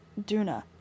Duna